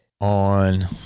on